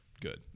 good